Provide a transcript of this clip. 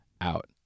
out